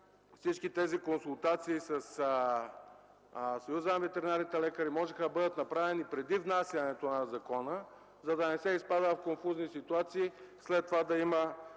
ветеринарните лекари можеха да бъдат направени преди внасянето на закона, за да не се изпада в конфузни ситуации, а след това да има